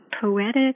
poetic